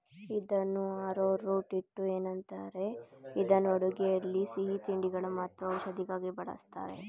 ಇದನ್ನು ಆರೋರೂಟ್ ಹಿಟ್ಟು ಏನಂತಾರೆ ಇದನ್ನು ಅಡುಗೆಯಲ್ಲಿ ಸಿಹಿತಿಂಡಿಗಳಲ್ಲಿ ಮತ್ತು ಔಷಧಿಗಾಗಿ ಬಳ್ಸತ್ತರೆ